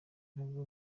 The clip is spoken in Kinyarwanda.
n’ubwo